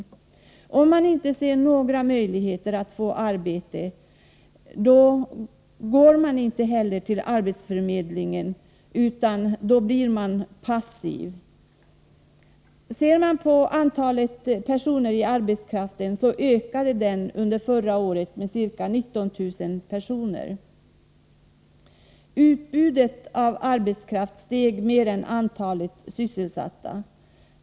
Men om man inte ser några möjligheter att få arbete, går man inte heller till arbetsförmedlingen utan blir passiv. Antalet personer i arbetskraften ökade under förra året med ca 19 000. Utbudet av arbetskraft steg mer än antalet sysselsatta.